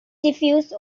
diffuse